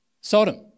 Sodom